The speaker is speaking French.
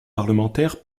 parlementaires